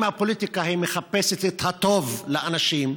אם הפוליטיקה מחפשת את הטוב לאנשים,